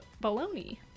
Bologna